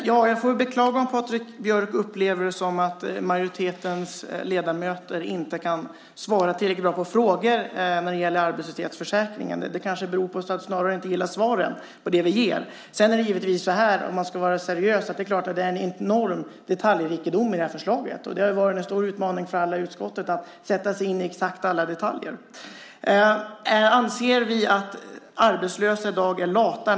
Herr talman! Jag beklagar att Patrik Björck upplever det som att majoritetens ledamöter inte kan svara tillräckligt bra på frågor om arbetslöshetsförsäkringen. Det kanske snarare beror på att han inte gillar de svar som vi ger. Om man ska vara seriös får man naturligtvis säga att det är en enorm detaljrikedom i förslaget. Det har varit en stor utmaning för alla i utskottet att sätta sig in i exakt alla detaljer. Anser vi att arbetslösa i dag är lata?